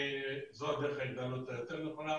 זו הדרך להתנהלות היותר נכונה.